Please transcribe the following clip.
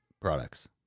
products